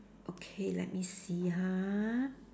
okay let me see ha